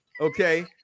Okay